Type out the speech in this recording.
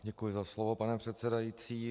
Děkuji za slovo, pane předsedající.